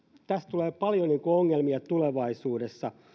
tulee paljon ongelmia tulevaisuudessa